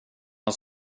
man